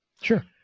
Sure